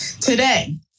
Today